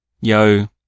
Yo